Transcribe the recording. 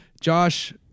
Josh